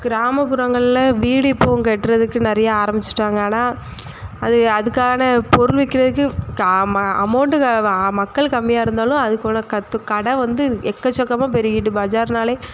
கிராமப்புறங்களில் வீடு இப்போ கட்டுறதுக்கு நிறைய ஆரம்மிச்சிவிட்டாங்க ஆனால் அது அதுக்கான பொருள் விற்கிறதுக்கு கா ம அமௌண்டு க மக்கள் கம்மியாக இருந்தாலும் அதுக்கான கற்று கடை வந்து எக்கச்சக்கமாக பெருகிகிட்டு பஜார்னாலே